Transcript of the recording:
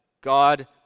God